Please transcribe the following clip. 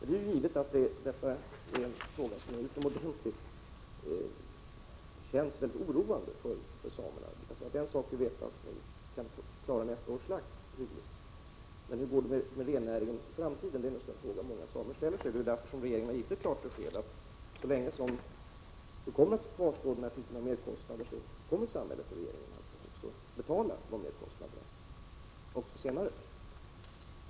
Det är givet att det här är en sak som känns utomordentligt oroande för samerna. Det är bra att vi vet att vi kan klara nästa års slakt, men en fråga som många samer naturligtvis ställer sig är: Hur går det med rennäringen i framtiden? Det är därför regeringen givit ett klart besked att så länge som den här typen av merkostnader kvarstår kommer också samhället och regeringen att betala dem, och även senare.